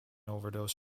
overdose